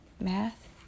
math